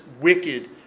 wicked